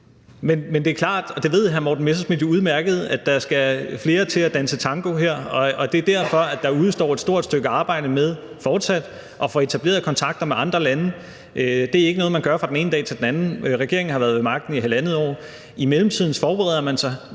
Men det er klart, og det ved hr. Morten Messerschmidt jo udmærket, at der skal flere til at danse tango her, og det er derfor, der udestår et stort stykke arbejde med fortsat at få etableret kontakter med andre lande. Det er ikke noget, man gør fra den ene dag til den anden. Regeringen har været ved magten i halvandet år. I mellemtiden forbereder man.